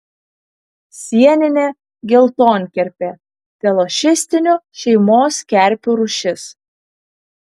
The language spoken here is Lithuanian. sieninė geltonkerpė telošistinių šeimos kerpių rūšis